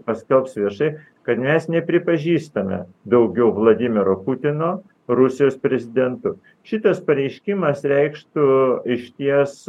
paskelbs viešai kad mes nepripažįstame daugiau vladimiro putino rusijos prezidentu šitas pareiškimas reikštų išties